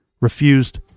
refused